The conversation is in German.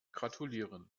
gratulieren